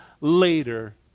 later